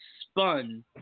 spun